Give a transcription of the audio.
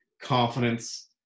confidence